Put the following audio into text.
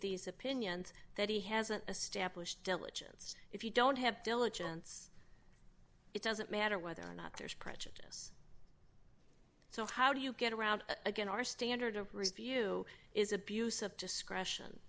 these opinions that he has an established diligence if you don't have diligence it doesn't matter whether or not there's prejudice so how do you get around again our standard of review is abuse of discretion